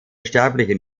sterblichen